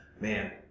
man